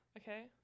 okay